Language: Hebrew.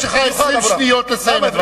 יש לך 20 שניות לסיים את דבריך.